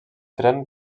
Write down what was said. tren